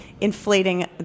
inflating